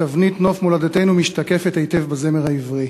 תבנית נוף מולדתנו משתקפת היטב בזמר העברי.